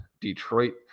Detroit